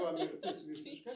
buvo mirtis visiška